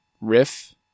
Riff